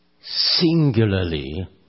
singularly